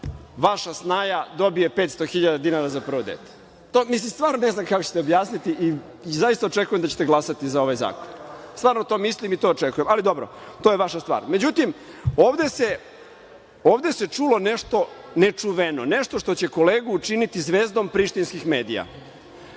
vaša snaja dobije 500.000 dinara za prvo dete. Mislim, stvarno ne znam kako ćete objasniti i zaista očekujem da ćete glasati za ovaj zakon. Stvarno to mislim i to očekujem, ali dobro, to je vaša stvar.Međutim, ovde se čulo nešto nečuveno, nešto što će kolegu učiniti zvezdom prištinskih medija.